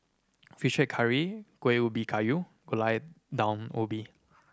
Fish Head Curry Kueh Ubi Kayu Gulai Daun Ubi